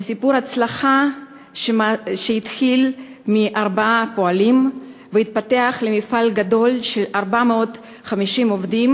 זה סיפור הצלחה שהתחיל בארבעה פועלים והתפתח למפעל גדול של 450 עובדים,